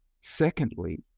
Secondly